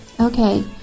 Okay